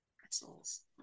Pretzels